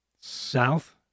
south